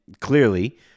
clearly